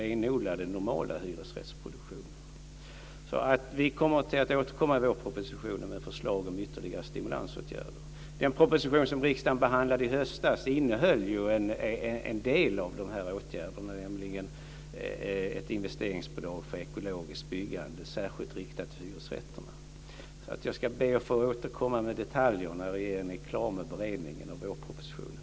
Vi kommer alltså att återkomma i vårpropositionen med förslag om ytterligare stimulansåtgärder. Den proposition som riksdagen behandlade i höstas innehöll ju en del av de här åtgärderna, som ett investeringsbidrag för ekologiskt byggande särskilt riktat till hyresrätterna. Så jag ska be att få återkomma med detaljer när regeringen är klar med beredningen av vårpropositionen.